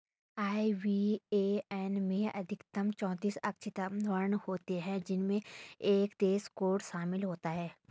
IBAN में अधिकतम चौतीस अक्षरांकीय वर्ण होते हैं जिनमें एक देश कोड शामिल होता है